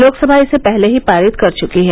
लोकसभा इसे पहले ही पारित कर चुकी है